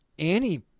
Annie